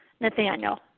Nathaniel